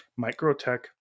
Microtech